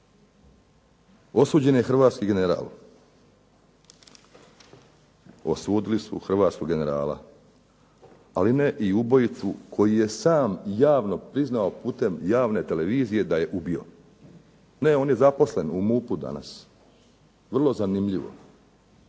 Osuđen je hrvatski general, osudili su hrvatskog generala, ali ne i ubojicu koji je sam javno priznao putem javne televizije da ubio. Ne, on je zaposlen u MUP-u danas. Vrlo zanimljivo.